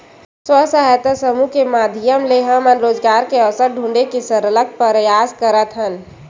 स्व सहायता समूह के माधियम ले हमन रोजगार के अवसर ढूंढे के सरलग परयास करत हन